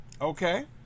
Okay